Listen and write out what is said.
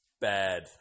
Bad